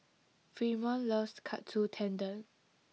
Fremont loves Katsu Tendon